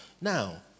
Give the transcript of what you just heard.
Now